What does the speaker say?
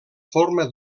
forma